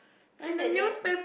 then that day